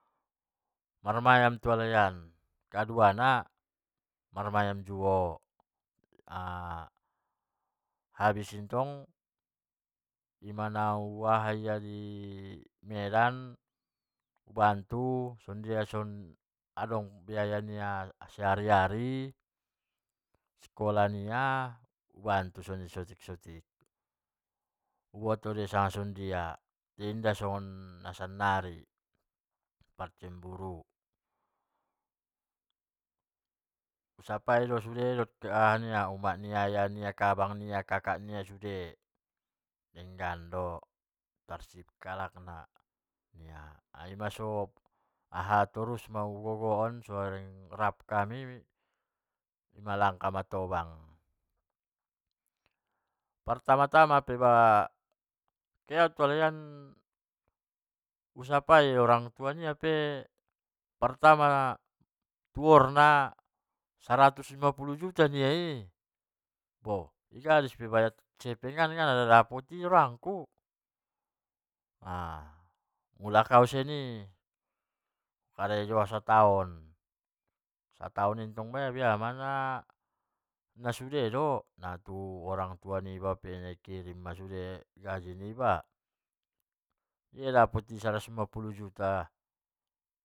Marmayam tu alaian, kaduana habis in tong, ima nahu aha ia di medan ubantu ia kuliah soni, adong biaya nia sadari, kuliah nia ubantu soni saotik-otik, uboto do ia sanga songon dia, ia inda songon nasannari parcemburu, usapai do sude sanga aha nia umak nia ayah nia akkang nia abang nia sude denggan do parsip kalak na, ai ima torus ma u bobohon so leng rap hami malangkah matobang. pertama-tama pe ba kehe au tu halai an u sapai orang tua nia tuor na saratus lima puluh juata nia i, bo igadis pe jekr an napala dapot i nikku, mulak au sian i karejo au sataon, sataon in tong biama nasude do, nnatu orang tua niba pe dikirim ma sude gaji niba, dia dapot i saratus lima puluh juta.